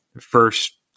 first